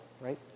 right